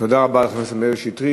תודה רבה לחבר הכנסת מאיר שטרית.